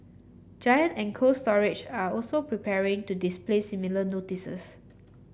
Giant and Cold Storage are also preparing to display similar notices